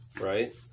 right